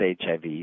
HIV